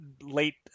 late